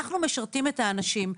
אנחנו משרתים את האנשים,